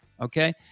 Okay